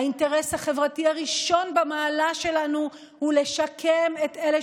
האינטרס החברתי הראשון במעלה שלנו הוא לשקם את אלה